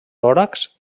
tòrax